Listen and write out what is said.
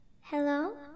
hello